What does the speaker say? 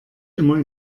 immer